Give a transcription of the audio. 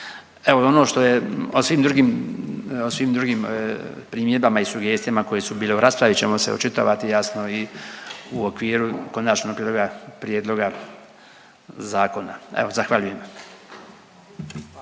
Evo ono što je o svim drugim primjedbama i sugestijama koje su bile u raspravi ćemo se očitovati jasno i u okviru konačnog prijedloga zakona. Evo zahvaljujem.